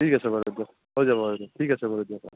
ঠিক আছে বাৰু দিয়ক হৈ যাব আৰু ঠিক আছে বাৰু দিয়ক